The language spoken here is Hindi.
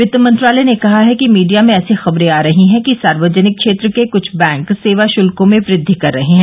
वित्त मंत्रालय ने कहा है कि मीडिया में ऐसी खबरें आ रही हैं कि सार्वजनिक क्षेत्र के कुछ बैंक सेवा शुल्कों में वृद्वि कर रहे हैं